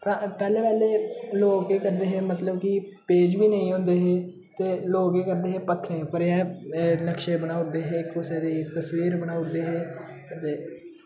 पैह्ले पैह्ले लोक केह् करदे हे मतलब कि पेज बी नेईं होंदे हे ते लोक केह् करदे हे पक्खें उप्पर गै नक्शे बनाऊ उड़दे हे कुसै दी तस्वीर बनाऊ उड़दे हे ते